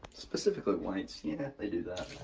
specifically whites. yeah, they do. that